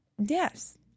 Yes